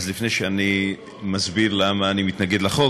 אז לפני שאסביר למה אני מתנגד לחוק,